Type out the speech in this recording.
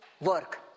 work